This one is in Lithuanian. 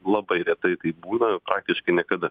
labai retai taip būna praktiškai niekada